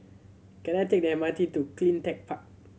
can I take the M R T to Cleantech Park